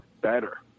better